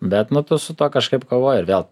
bet nu tu su tuo kažkaip kovoji vėl